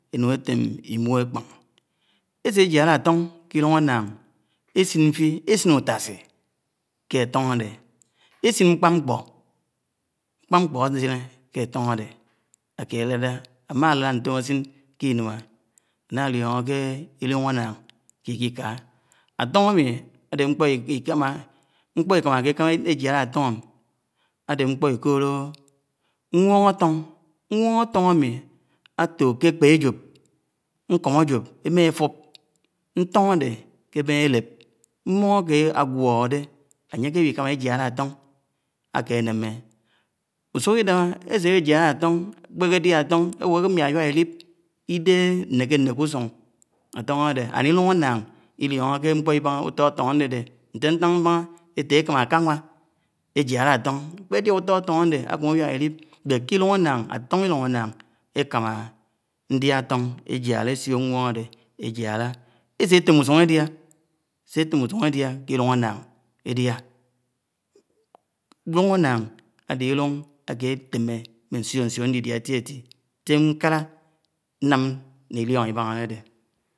. énuń eṫem ímuk ékpán, eśejiaĺa átọn, ké llúng ánnáng, eśin ńfi, eśin uṫasi ke aton áde, eśin ńkpa-nḱpo, ńkpa nḱpo ásiné ke áton áde, akeleda amalád nṫom asin ke inua lionọ ké llúng ánnáng ké iḱi ka. aton ámi áde nkpo lkima. nkpo eḱamaké kóná ejialá atón ámi ade nḱpo iḱolo n'won atón n'won aṫon ámi áto ké eḱpe ájop, nkop aǰop emáfúp, nton áde keben élep, ńwon áké ágwohodé anyé ké eẃikámá ejiálá áton áke néné uśuk idáhá, eséjiála áton ákoéké dia áton, ẽwo áwawak llip idehé nnéké nnéké uśun áton ádedé llúng ánnáng llionóke ńkpo íbaha uto áton ákpéké ádédé se ntan ḿbáhá ete ékámá aḱaẃa ejiala aton, akpediá uto áton áde, ákémé úwiak llip ádé kìlung ánnáng áton llúng ánnáng ekama ñdia áton ejiala ebio, nwon ade esetem, usun edia ke llúng ánnáng ediá llúng ánnáng adé llúng aké eteme mme ñsiọ nlidiá éti éti. Se nkala nnam mme iliano ibaha adede.